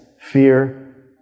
Fear